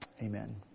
Amen